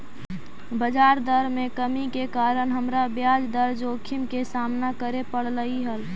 बजार दर में कमी के कारण हमरा ब्याज दर जोखिम के सामना करे पड़लई हल